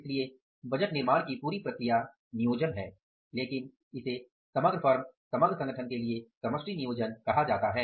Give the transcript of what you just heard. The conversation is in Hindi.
इसलिए बजट निर्माण की पूरी प्रक्रिया नियोजन है लेकिन इसे समग्र फर्म समग्र संगठन के लिए समष्टि नियोजन कहा जाता है